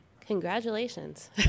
Congratulations